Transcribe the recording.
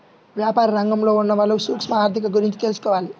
యాపార రంగంలో ఉన్నవాళ్ళు సూక్ష్మ ఆర్ధిక గురించి తెలుసుకోవాలి